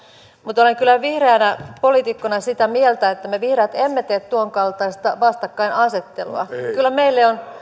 mutta olen kyllä vihreänä poliitikkona sitä mieltä että me vihreät emme tee tuonkaltaista vastakkainasettelua kyllä meille on